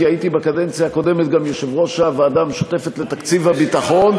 כי הייתי בקדנציה הקודמת גם יושב-ראש הוועדה המשותפת לתקציב הביטחון,